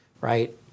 right